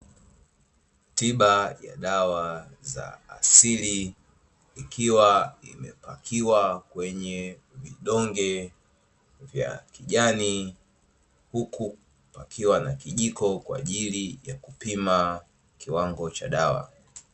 Tiba ya dawa za asili, ikiwa imepakiwa kwenye vidonge vya kijani, huku pakiwa na kijiko kwaajili ya kupima kiwango cha dawa.